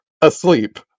asleep